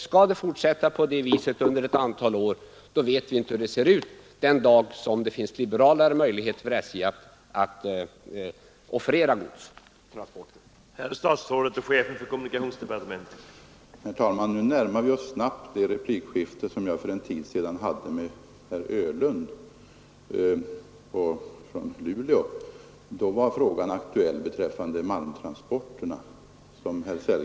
Skall det fortsätta på det viset under ett antal år, vet vi inte hur det ser ut den dag det finns liberalare möjligheter för SJ att offerera godstransporter.